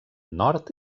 nord